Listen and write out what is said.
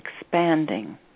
expanding